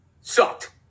Sucked